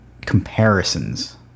comparisons